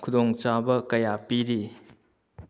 ꯈꯨꯗꯣꯡ ꯆꯥꯕ ꯀꯌꯥ ꯄꯤꯔꯤ